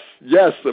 yes